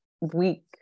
week